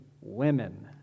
women